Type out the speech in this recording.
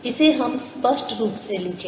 इसे हम स्पष्ट रूप से लिखें